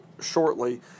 shortly